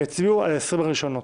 יצביעו על 20 הראשונות.